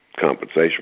compensation